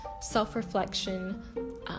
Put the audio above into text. self-reflection